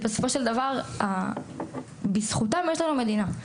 בסופו של דבר בזכותם יש לנו מדינה.